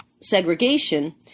segregation